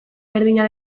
berdina